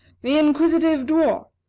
the inquisitive dwarf,